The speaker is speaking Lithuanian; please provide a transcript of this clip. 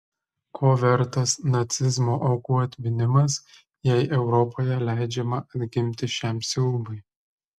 ko vertas nacizmo aukų atminimas jei europoje leidžiama atgimti šiam siaubui